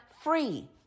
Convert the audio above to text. free